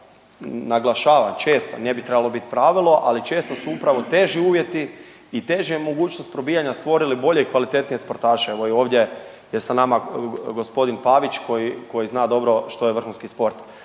naglašavam često, ne bi trebalo biti pravilo, ali često su upravo teži uvjeti i teže mogućnosti probijanja stvorili bolje i kvalitetnije sportaše. Evo ovdje je sa nama g. Pavić koji zna dobro što je vrhunski sport.